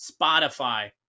Spotify